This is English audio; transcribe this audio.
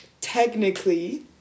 technically